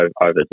over